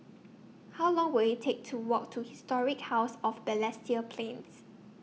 How Long Will IT Take to Walk to Historic House of Balestier Plains